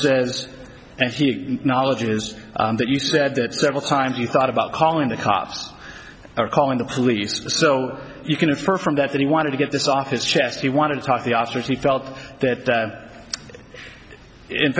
says and he acknowledges that you said that several times you thought about calling the cops are calling the police so you can infer from that that he wanted to get this off his chest he wanted to talk the officers he felt that